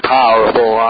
powerful